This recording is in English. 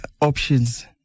options